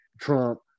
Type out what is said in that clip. Trump